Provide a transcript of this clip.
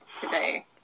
today